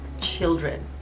children